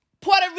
Puerto